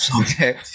Okay